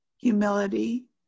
humility